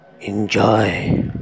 enjoy